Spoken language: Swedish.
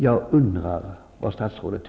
Vad säger statsrådet?